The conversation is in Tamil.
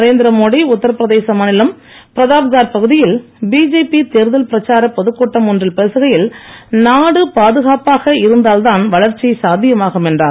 நரேந்திர மோடி உத்தரபிரதேச மாநிலம் பிரதாப்கார் பகுதியில் பிஜேபி தேர்தல் பிரச்சார பொதுக் கூட்டம் ஒன்றில் பேசுகையில் நாடு பாதுகாப்பாக இருந்தால் தான் வளர்ச்சி சாத்தியமாகும் என்றார்